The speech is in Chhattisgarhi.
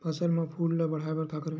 फसल म फूल ल बढ़ाय का करन?